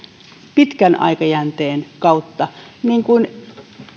pitkän aikajänteen kautta niin kuin